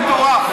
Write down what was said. למה הוא מטורף.